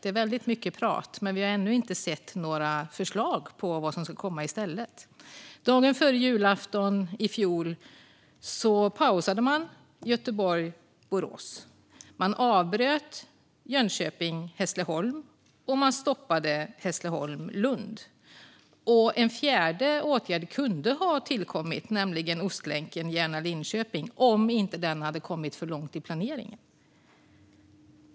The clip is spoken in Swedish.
Det är väldigt mycket prat, men vi har ännu inte sett några förslag på vad som ska komma i stället. Dagen före julafton i fjol pausade man Göteborg-Borås. Man avbröt Jönköping-Hässleholm, och man stoppade Hässleholm-Lund. En fjärde åtgärd kunde ha tillkommit, nämligen Ostlänken Järna-Linköping om den inte hade kommit för långt i planeringen.